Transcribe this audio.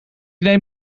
neem